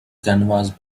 canvas